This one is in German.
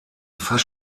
fast